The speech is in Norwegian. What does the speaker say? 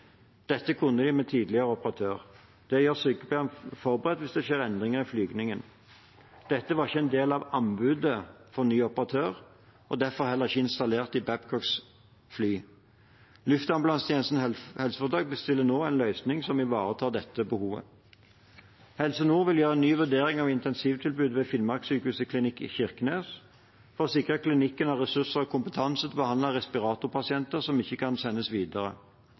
Dette kunne de med tidligere operatør. Det gjør sykepleierne forberedt hvis det skjer endringer i flygningen. Dette var ikke en del av anbudet for ny operatør og er derfor ikke installert i Babcocks fly. Luftambulansetjenesten HF bestiller nå en løsning som ivaretar dette behovet. Helse Nord vil gjøre en ny vurdering av intensivtilbudet ved Finnmarksykehuset Klinikk Kirkenes for å sikre at klinikken har ressurser og kompetanse til å behandle respiratorpasienter som ikke kan sendes videre.